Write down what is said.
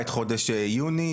חודש יוני,